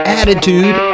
attitude